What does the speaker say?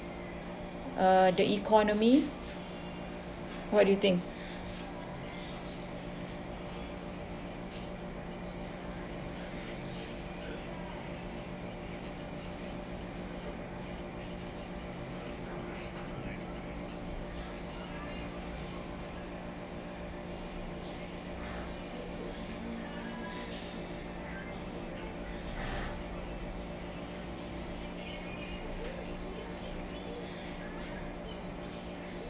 uh the economy what do you think